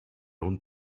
hund